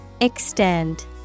extend